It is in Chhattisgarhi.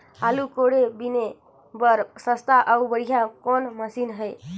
आलू कोड़े बीने बर सस्ता अउ बढ़िया कौन मशीन हे?